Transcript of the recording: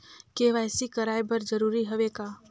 KYC कराय बर जरूरी हवे का?